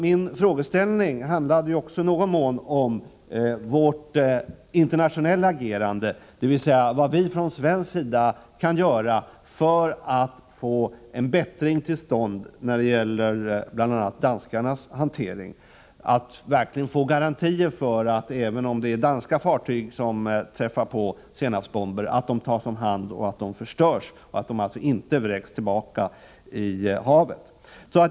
Min fråga handlade också i någon mån om vårt internationella agerande, dvs. vad vi från svensk sida kan göra för att få en bättring till stånd när det gäller bl.a. danskarnas hantering och verkligen få garantier för att — även om det nu är danska fartyg som träffar på senapsgasbomber — bomberna tas om hand, förstörs och inte vräks tillbaka i havet.